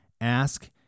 Ask